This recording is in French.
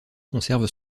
conserve